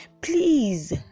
please